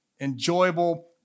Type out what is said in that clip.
enjoyable